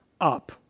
up